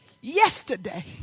yesterday